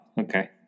okay